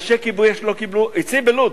אנשי כיבוי-אש לא קיבלו אצלי בלוד,